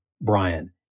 Brian